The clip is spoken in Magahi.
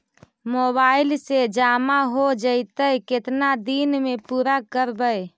मोबाईल से जामा हो जैतय, केतना दिन में पुरा करबैय?